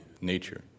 nature